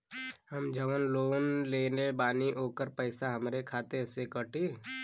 हम जवन लोन लेले बानी होकर पैसा हमरे खाते से कटी?